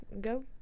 go